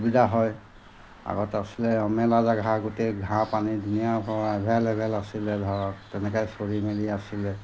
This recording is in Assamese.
সুবিধা হয় আগত আছিলে অমেলা জেগা গোটেই ঘাঁহ পানী ধুনীয়াকৈ এভেলেবেল আছিলে ধৰক তেনেকৈ চৰি মেলি আছিলে